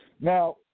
Now